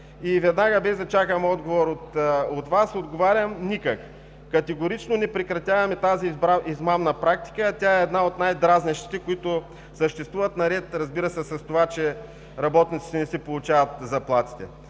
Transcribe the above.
Веднага, без да чакам отговор от Вас, отговарям – никак! Категорично не прекратяваме тази измамна практика, а тя е една от най-дразнещите, които съществуват наред, разбира се, с това, че работниците не си получават заплатите.